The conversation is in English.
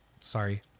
Sorry